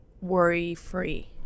worry-free